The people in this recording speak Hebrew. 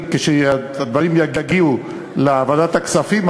כשהדברים יגיעו לוועדת הכספים,